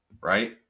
right